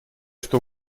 что